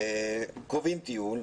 שקובעים טיול,